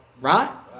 Right